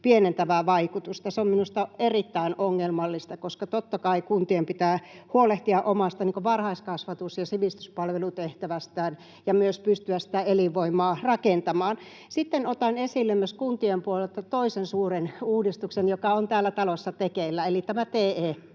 pienentävää vaikutusta? Se on minusta erittäin ongelmallista, koska totta kai kuntien pitää huolehtia omasta varhaiskasvatus‑ ja sivistyspalvelutehtävästään ja myös pystyä sitä elinvoimaa rakentamaan. Sitten otan esille kuntien puolelta toisen suuren uudistuksen, joka on täällä talossa tekeillä, eli tämän TE-palveluitten